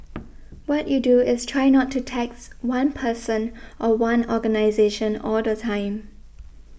what you do is try not to tax one person or one organisation all the time